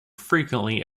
frequently